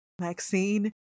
Maxine